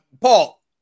Paul